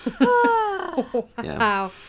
wow